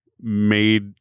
made